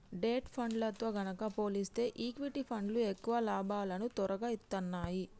debt ఫండ్లతో గనక పోలిస్తే ఈక్విటీ ఫండ్లు ఎక్కువ లాభాలను తొరగా ఇత్తన్నాయి